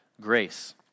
grace